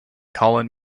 colin